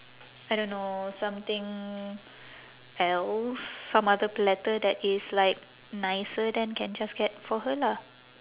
I don't know something else some other platter that is like nicer then can just get for her lah